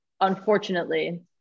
unfortunately